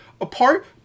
apart